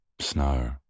snow